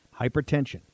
Hypertension